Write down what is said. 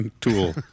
tool